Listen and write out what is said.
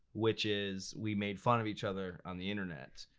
which is we made fun of each other on the internet.